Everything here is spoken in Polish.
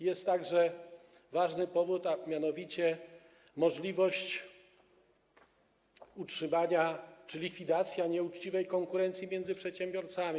Jest także ważny powód, a mianowicie możliwość utrzymania czy likwidacja nieuczciwej konkurencji między przedsiębiorcami.